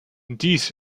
dies